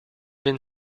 been